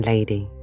Lady